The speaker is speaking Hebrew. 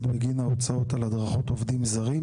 בגין ההוצאות על הדרכות עובדים זרים.